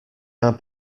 are